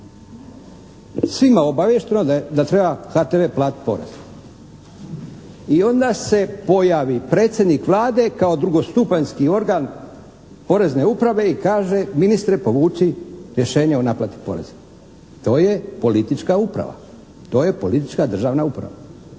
Svima obaviješteno da treba HTV platiti porez. I onda se pojavi predsjednik Vlade kao II. stupanjski organ porezne uprave i kaže ministre povuci rješenje o naplati poreza. To je politička uprava. To je politička državna uprava.